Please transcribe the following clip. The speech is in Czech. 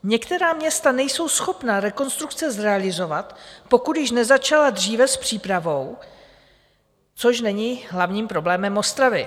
Některá města nejsou schopna rekonstrukce zrealizovat, pokud již nezačala dříve s přípravou, což není hlavním problémem Ostravy.